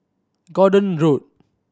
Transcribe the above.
Gordon Road